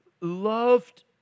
loved